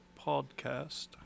podcast